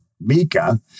Mika